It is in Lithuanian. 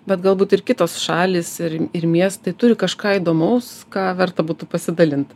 bet galbūt ir kitos šalys ir ir miestai turi kažką įdomaus ką verta būtų pasidalint